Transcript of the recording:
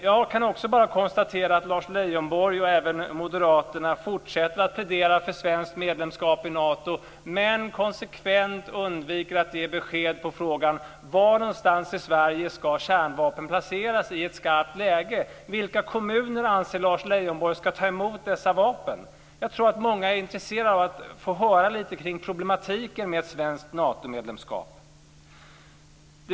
Jag kan också bara konstatera att Lars Leijonborg och även Moderaterna fortsätter att plädera för svenskt medlemskap i Nato, men konsekvent undviker att ge besked i frågan: Var någonstans i Sverige ska kärnvapen placeras i ett skarpt läge? Vilka kommuner anser Lars Leijonborg ska ta emot dessa vapen? Jag tror att många är intresserade av att få höra lite kring problematiken med ett svenskt Natomedlemskap.